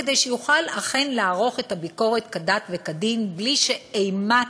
כדי שיוכל אכן לערוך את הביקורת כדת וכדין בלי שאימת